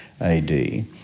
AD